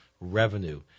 revenue